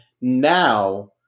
now